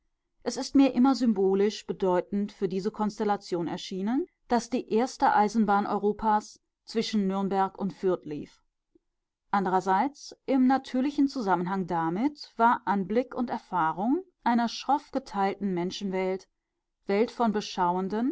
es ist mir immer symbolisch bedeutend für diese konstellation erschienen daß die erste eisenbahn europas zwischen nürnberg und fürth lief andrerseits im natürlichen zusammenhang damit war anblick und erfahrung einer schroff geteilten menschenwelt welt von beschauenden